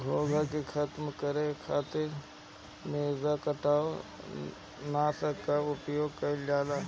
घोंघा के खतम करे खातिर मृदुकवच नाशक के उपयोग कइल जाला